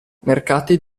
mercati